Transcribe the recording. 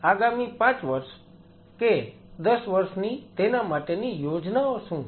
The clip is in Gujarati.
અને આગામી 5 વર્ષ કે 10 વર્ષની તેના માટેની યોજના શું છે